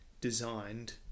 designed